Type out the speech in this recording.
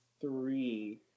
three